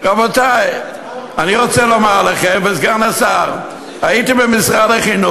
רבותי, סגן השר, אני רוצה לומר לכם